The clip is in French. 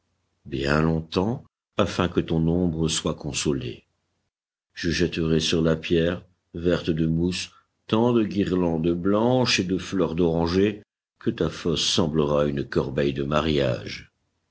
bien longtemps afin que ton ombre soit consolée je jetterai sur la pierre verte de mousse tant de guirlandes blanches et de fleurs d'oranger que ta fosse semblera une corbeille de mariage